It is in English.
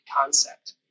concept